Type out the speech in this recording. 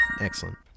Excellent